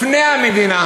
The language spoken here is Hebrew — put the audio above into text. לפני המדינה